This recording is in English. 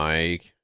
Mike